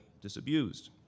disabused